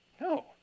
No